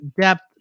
depth